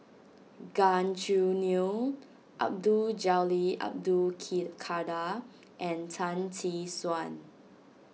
Gan Choo Neo Abdul Jalil Abdul Ki Kadir and Tan Tee Suan